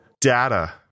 data